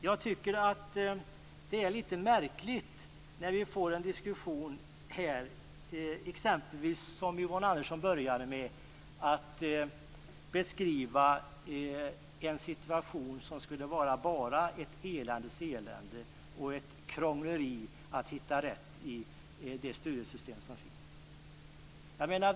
Jag tycker att det är lite märkligt när vi får en sådan diskussion som exempelvis den som Yvonne Andersson började med. Hon beskrev en situation som bara skulle vara ett eländes elände och ett krångleri när det gäller att hitta rätt i studiestödssystemet.